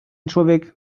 człowiek